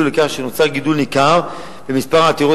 הובילו לכך שנוצר גידול ניכר במספר העתירות